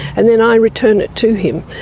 and then i return it to him.